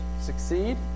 succeed